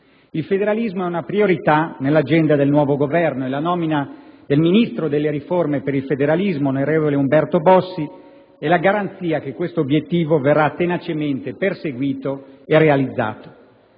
Il federalismo è una priorità nell'agenda del nuovo Governo e la nomina del Ministro delle riforme per il federalismo, onorevole Umberto Bossi, è la garanzia che tale obiettivo verrà tenacemente perseguito e realizzato.